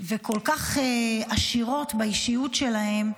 וכל כך עשירות באישיות שלהן,